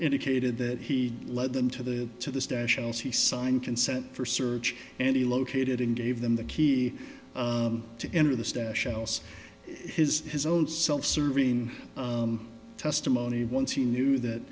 indicated that he led them to the to the stash else he signed consent for search and he located and gave them the key to enter the stash else his his own self serving testimony once he knew that